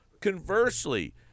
Conversely